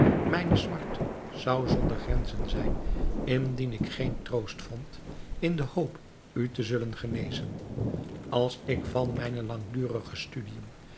mijne smart zou zonder grenzen zijn indien ik geen troost vond in de hoop u te zullen genezen als ik van mijne langdurige studiën